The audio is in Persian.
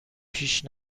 پیش